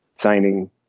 signing